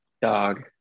Dog